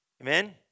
Amen